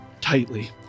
tightly